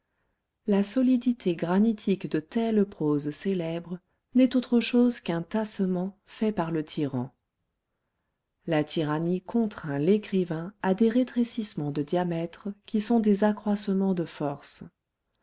la solidité granitique de telle prose célèbre n'est autre chose qu'un tassement fait par le tyran la tyrannie contraint l'écrivain à des rétrécissements de diamètre qui sont des accroissements de force